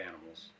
animals